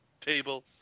table